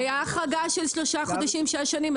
היתה החרגה של שלושה חודשים שש שנים,